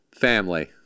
Family